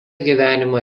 gyvenimą